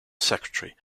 secretary